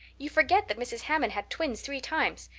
you forget that mrs. hammond had twins three times.